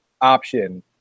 option